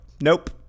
nope